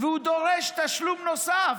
והוא דורש תשלום נוסף.